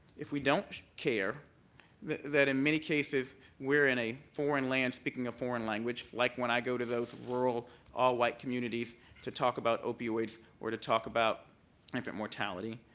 if we don't care that that in many cases we're in a foreign land speaking a foreign language like when i go to those rural all-white communities to talk about opioids or to talk about infant mortality,